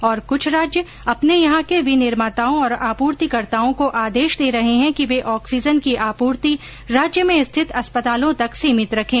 और कुछ राज्य अपने यहां के विनिर्माताओं और आपूर्तिकर्ताओं को आदेश दे रहे हैं कि वे ऑक्सीजन की आपूर्ति राज्य में स्थित अस्पतालों तक सीमित रखें